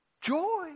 Joy